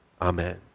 Amen